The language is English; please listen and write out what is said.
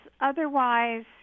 Otherwise